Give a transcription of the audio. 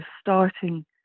starting